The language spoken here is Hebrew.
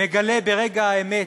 מגלה ברגע האמת,